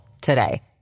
today